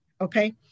Okay